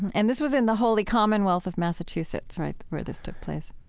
and this was in the holy commonwealth of massachusetts, right, where this took place?